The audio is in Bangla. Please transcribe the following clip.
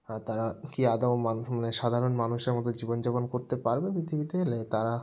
আর তারা কি আদৌ মানুষ মানে সাধারণ মানুষের মতো জীবনযাপন করতে পারবে পৃথিবীতে এলে তারা